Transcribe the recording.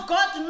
God